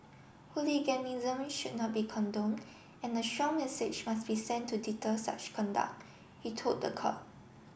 hooliganism should not be condone and a strong message must be sent to deter such conduct he told the court